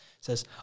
says